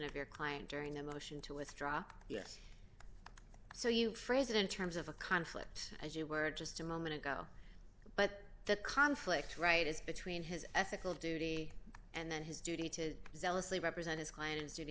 of your client during the motion to withdraw it so you phrase it in terms of a conflict as you were just a moment ago but the conflict right is between his ethical duty and then his duty to zealously represent his client